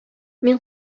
мин